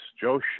Joe